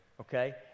Okay